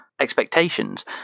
expectations